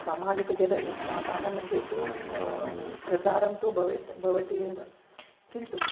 सामाजिकजनस्थानमध्ये तु प्रचारन्तु भवेत् भवति एव किन्तु